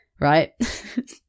right